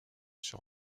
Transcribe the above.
sur